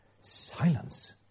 silence